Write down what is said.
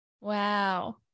wow